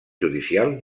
judicial